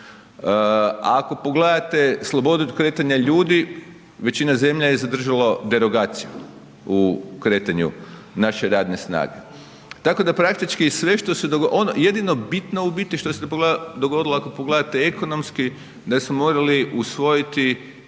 Ako pogledate slobodu kretanja ljudi, većina zemalja je zadržalo derogaciju u kretanju naše radne snage. Tako da praktički sve što se dogodilo, ono jedino bitno u biti što se dogodilo ako pogledate ekonomski da smo morali usvojiti